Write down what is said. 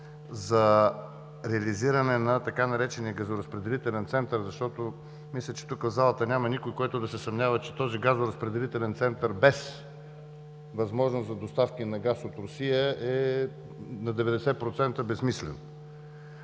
за реализиране на така наречения „газоразпределителен център“, защото мисля, че в залата няма никой, който да се съмнява, че този газоразпределителен център, без възможност за доставка на газ от Русия, е на 90% безсмислен.